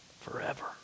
forever